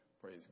praise